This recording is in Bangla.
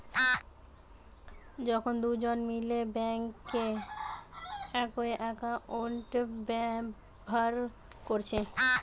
যখন দুজন মিলে বেঙ্কে একই একাউন্ট ব্যাভার কোরছে